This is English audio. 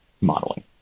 modeling